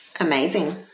Amazing